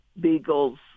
Beagles